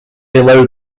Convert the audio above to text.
below